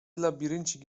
labiryncik